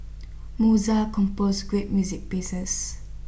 Mozart composed great music pieces